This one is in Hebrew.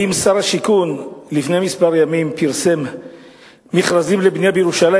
אם שר השיכון לפני כמה ימים פרסם מכרזים לבנייה בירושלים,